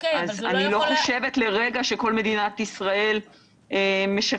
אני לא חושבת לרגע שכל מדינת ישראל משקרת